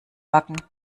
backen